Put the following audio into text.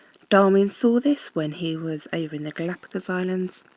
darwin saw this when he was over in the galapagos islands.